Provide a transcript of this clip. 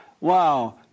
Wow